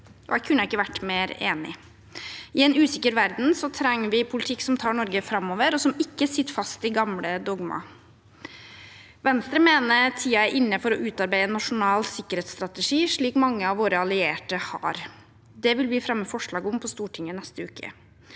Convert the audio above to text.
Jeg kunne ikke vært mer enig. I en usikker verden trenger vi en politikk som tar Norge framover, og som ikke sitter fast i gamle dogmer. Venstre mener tiden er inne for å utarbeide en nasjonal sikkerhetsstrategi, slik mange av våre allierte har. Det vil vi fremme forslag om på Stortinget neste uke.